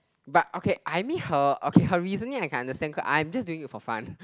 but okay I mean her okay her reasoning I can understand k~ I'm just doing it for fun